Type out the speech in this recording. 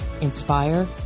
inspire